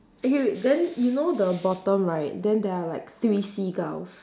okay wait then you know the bottom right then there are like three seagulls